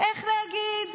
איך להגיד,